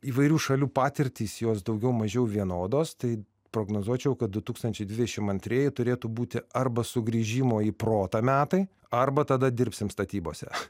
įvairių šalių patirtys jos daugiau mažiau vienodos tai prognozuočiau kad du tūkstančiai dvidešimt antrieji turėtų būti arba sugrįžimo į protą metai arba tada dirbsim statybose